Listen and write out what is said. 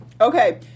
Okay